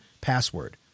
password